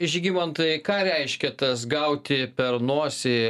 žygimantai ką reiškia tas gauti per nosį